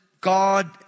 God